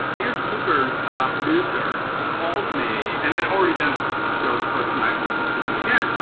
anderson cooper's producer called me and i'd already done his show, the first night was booked to do it again.